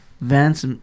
Vance